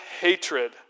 hatred